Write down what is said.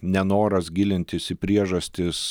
nenoras gilintis į priežastis